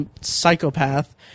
psychopath